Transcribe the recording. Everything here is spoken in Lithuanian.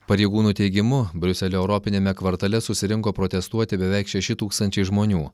pareigūnų teigimu briuselio europiniame kvartale susirinko protestuoti beveik šeši tūkstančiai žmonių